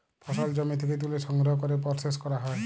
ফসল জমি থ্যাকে ত্যুলে সংগ্রহ ক্যরে পরসেস ক্যরা হ্যয়